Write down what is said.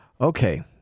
Okay